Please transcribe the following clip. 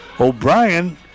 O'Brien